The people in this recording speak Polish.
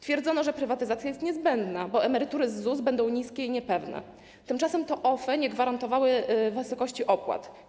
Twierdzono, że prywatyzacja jest niezbędna, bo emerytury z ZUS będą niskie i niepewne, tymczasem to OFE nie gwarantowały wysokości opłat.